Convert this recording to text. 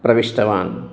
प्रविष्टवान्